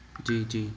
جی جی